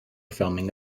filming